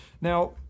Now